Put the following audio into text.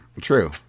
true